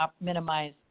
minimize